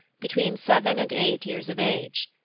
between seven and eight years of age.